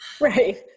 right